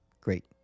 Great